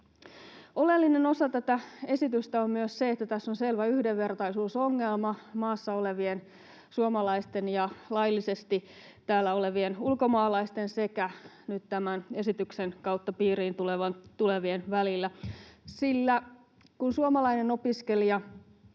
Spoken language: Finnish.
Oleellinen osa tätä esitystä on myös se, että tässä on selvä yhdenvertaisuusongelma maassa olevien suomalaisten ja laillisesti täällä olevien ulkomaalaisten sekä nyt tämän esityksen kautta piiriin tulevien välillä, sillä kun suomalainen opiskelija